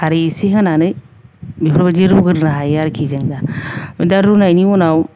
खारै एसे होनानै बेफोरबादि रुगोरनो आरोखि जों दा दा रुनायनि उनाव